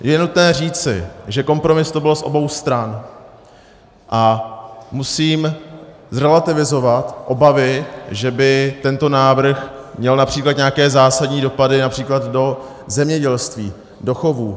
Je nutné říci, že kompromis to byl z obou stran, a musím zrelativizovat obavy, že by tento návrh měl například nějaké zásadní dopady například do zemědělství, do chovů.